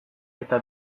eta